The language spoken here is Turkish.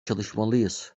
çalışmalıyız